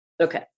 okay